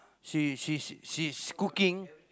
she she she's she is cooking